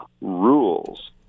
rules